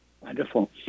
Wonderful